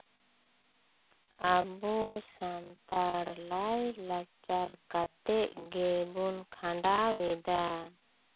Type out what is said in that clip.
ᱟᱵᱚ ᱥᱟᱱᱛᱟᱲ ᱞᱟᱭᱼᱞᱟᱠᱪᱟᱨ ᱠᱟᱛᱮᱫ ᱜᱮᱵᱚᱱ ᱠᱷᱟᱸᱰᱟᱣᱮᱫᱟ